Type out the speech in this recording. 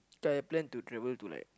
I plan to travel to like